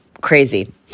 Crazy